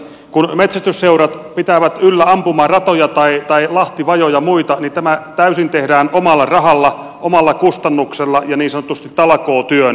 kun metsästysseurat pitävät yllä ampumaratoja tai lahtivajoja ja muita niin tämä tehdään täysin omalla rahalla omalla kustannuksella ja niin sanotusti talkootyönä